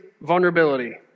vulnerability